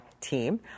team